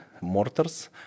mortars